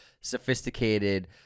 sophisticated